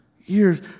years